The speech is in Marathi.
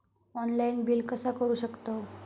ऑनलाइन बिल कसा करु शकतव?